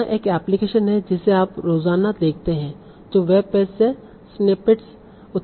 यहां एक एप्लीकेशन है जिसे आप रोजाना देखते हैं जो वेब पेज से स्निप्पेट्स उत्पन्न कर रहा है